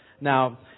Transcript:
Now